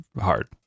hard